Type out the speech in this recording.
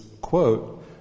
quote